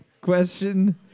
Question